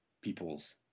people's